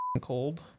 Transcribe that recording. Cold